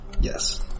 Yes